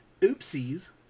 Oopsies